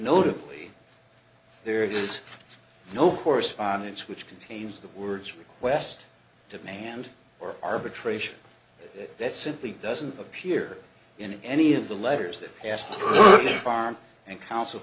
notably there is no correspondence which contains the words request demand or arbitration that simply doesn't appear in any of the letters that passed the farm and counsel